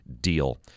DEAL